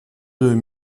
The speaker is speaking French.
deux